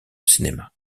cinéma